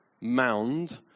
mound